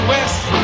West